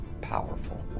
powerful